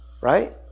right